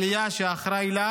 עלייה שאחראי לה